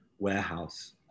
warehouse